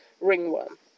ringworm